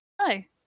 hi